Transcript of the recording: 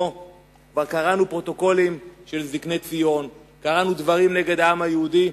כבר קראנו "פרוטוקולים של זקני ציון"; קראנו דברים נגד העם היהודי,